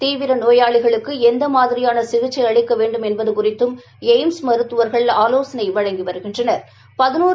தீவிர நோயாளிகளுக்கு எந்த மாதிரியான சிகிச்சை அளிக்க வேண்டும் என்பது குறித்தும் எய்ம்ஸ் மருத்துவா்கள் ஆலோசனை வழங்கி வருகின்றனா்